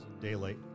daylight